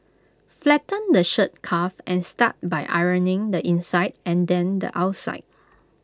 flatten the shirt cuff and start by ironing the inside and then the outside